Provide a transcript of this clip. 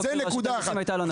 זו נקודה אחת.